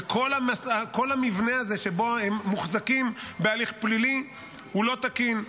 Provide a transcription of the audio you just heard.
וכל המבנה הזה שבו הם מוחזקים בהליך פלילי הוא לא תקין.